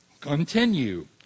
continue